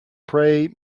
pray